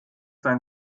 dein